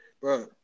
Bro